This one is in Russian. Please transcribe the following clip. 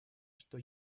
что